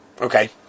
okay